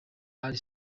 ally